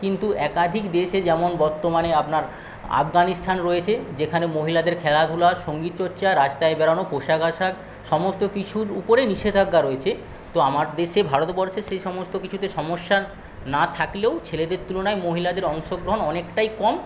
কিন্তু একাধিক দেশে যেমন বর্তমানে আপনার আফগানিস্তান যেখানে মহিলাদের খেলাধুলা সঙ্গীতচর্চা রাস্তায় বেরানো পোশাক আসাক সমস্ত কিছুর উপরেই নিষেধাজ্ঞা রয়েছে তো আমার দেশে ভারতবর্ষে সেই সমস্ত কিছুতে সমস্যা না থাকলেও ছেলেদের তুলনায় মহিলাদের অংশগ্রহণ অনেকটাই কম